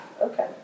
Okay